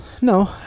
No